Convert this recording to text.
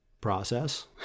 process